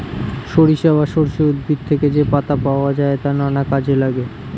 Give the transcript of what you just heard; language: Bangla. সরিষা বা সর্ষে উদ্ভিদ থেকে যে পাতা পাওয়া যায় তা নানা কাজে লাগে